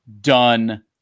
Done